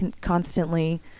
constantly